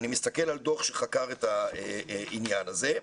ואני מסתכל על דו"ח שחקר את העניין הזה,